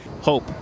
Hope